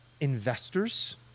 investors